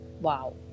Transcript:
Wow